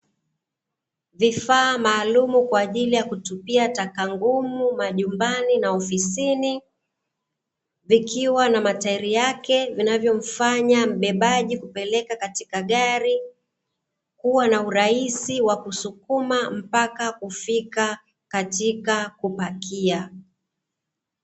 Vifaa maalumu kwa ajili ya kutupia taka ngumu majumbani na ofisini, vikiwa na matairi yake, vinavyomfanya mbebaji kupeleka katika gari, kuwa na urahisi wa kusukuma mpaka kufika katika kupakia.